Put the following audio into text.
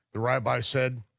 the rabbi said,